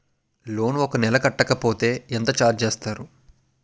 Loan ఒక నెల కట్టకపోతే ఎంత ఛార్జ్ చేస్తారు?